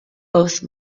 both